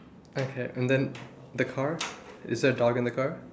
okay and then the car is there a dog in the car